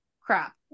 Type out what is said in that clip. crap